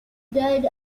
died